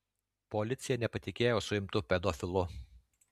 policija nepatikėjo suimtu pedofilu